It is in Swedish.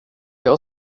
jag